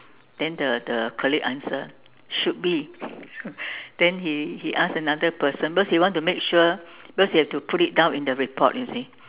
then the the colleague answer should be then he he ask another person because he want to make sure because he have to put down in the report you see